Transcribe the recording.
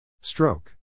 Stroke